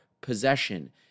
possession